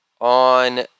on